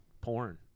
porn